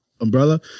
umbrella